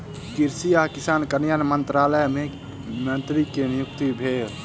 कृषि आ किसान कल्याण मंत्रालय मे मंत्री के नियुक्ति भेल